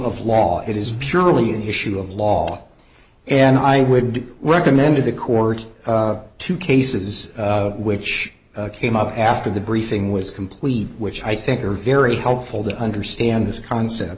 of law it is purely an issue of law and i would recommend to the court two cases which came up after the briefing was complete which i think are very helpful to understand this concept